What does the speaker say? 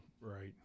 Right